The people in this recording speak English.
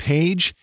Page